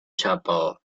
chapel